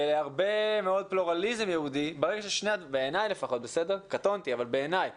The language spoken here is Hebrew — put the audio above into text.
הרבה מאוד פלורליזם יהודי קטונתי אבל בעיניי